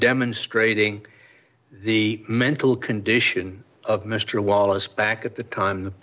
demonstrating the mental condition of mr wallace back at the time the